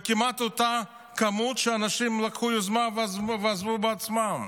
וכמעט אותו מספר של אנשים לקחו יוזמה ועזבו בעצמם.